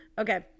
Okay